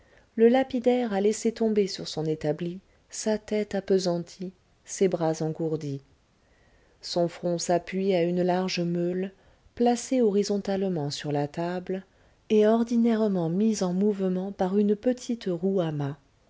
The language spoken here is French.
le lapidaire a laissé tomber sur son établi sa tête appesantie ses bras engourdis son front s'appuie à une large meule placée horizontalement sur la table et ordinairement mise en mouvement par une petite roue